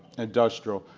industrial.